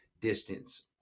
distance